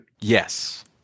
yes